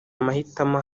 amahitamo